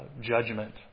judgment